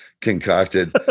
concocted